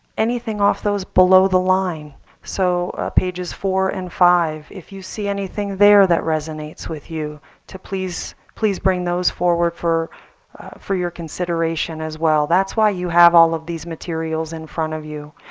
anything off those below the line so pages four and five if you see anything there that resonates with you to please, please bring those forward for for your consideration as well. that's why you have all of these materials in front of you.